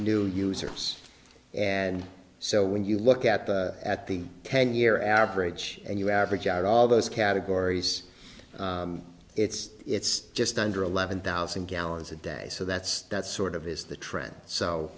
new users and so when you look at the at the ten year average and you average out all those categories it's it's just under eleven thousand gallons a day so that's that sort of is the trend so